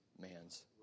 man's